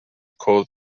cold